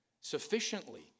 sufficiently